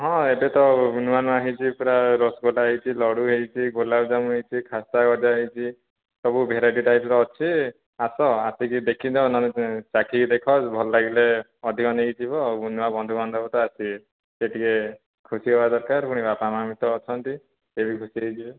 ହଁ ଏବେତ ନୂଆ ନୂଆ ହେଇଛି ପୁରା ରସଗୋଲା ହେଇଛି ଲଡ଼ୁ ହେଇଛି ଗୋଲାପଜାମୁ ହେଇଛି ଖାସ୍ତାଗଜା ହେଇଛି ସବୁ ଭେରାଇଟି ଟାଇପ ର ଅଛି ଆସ ଆସିକି ଦେଖିଯାଅ ନହେଲେ ଚାଖିକି ଦେଖ ଭଲଲାଗିଲେ ଅଧିକ ନେଇଯିବ ଆଉ ନୂଆ ବନ୍ଧୁବାନ୍ଧବ ତ ଆସିବେ ସେ ଟିକିଏ ଖୁସି ହେବା ଦରକାର ପୁଣି ବାପା ମାଆ ବି ତ ଅଛନ୍ତି ସେ ବି ଖୁସି ହେଇଯିବେ